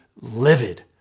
livid